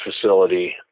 facility